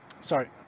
Sorry